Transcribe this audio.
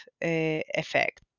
effect